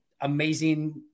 amazing